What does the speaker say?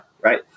right